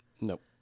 nope